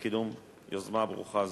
בקידום יוזמה ברוכה זו.